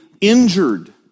injured